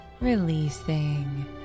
Releasing